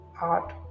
art